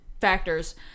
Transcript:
factors